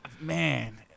Man